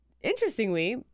interestingly